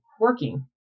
working